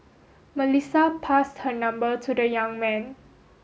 Melissa passed her number to the young man